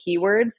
keywords